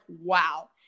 wow